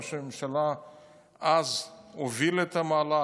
וראש הממשלה אז הוביל את המהלך,